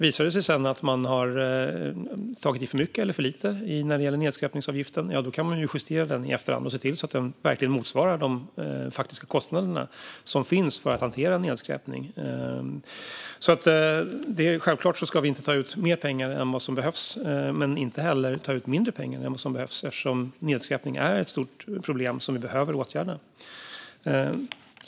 Om det sedan visar sig att man har tagit i för mycket eller för lite när det gäller nedskräpningsavgiften kan man justera den i efterhand, så att den verkligen motsvarar de faktiska kostnaderna för att hantera nedskräpning. Självklart ska vi inte ta ut mer pengar än vad som behövs men inte heller ta ut mindre pengar än vad som behövs, eftersom nedskräpning är ett stort problem som vi behöver åtgärda.